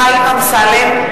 (קוראת בשמות חברי הכנסת) חיים אמסלם,